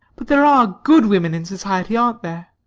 but there are good women in society, aren't there?